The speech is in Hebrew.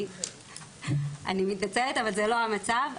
אני מתנצלת אבל זה לא המצב.